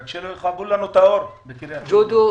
רק שלא יכבו לנו את האור בקריית שמונה.